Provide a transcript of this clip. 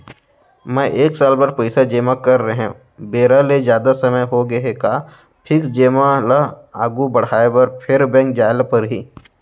मैं एक साल बर पइसा जेमा करे रहेंव, बेरा ले जादा समय होगे हे का फिक्स जेमा ल आगू बढ़ाये बर फेर बैंक जाय ल परहि?